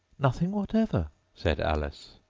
nothing whatever said alice.